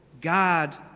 God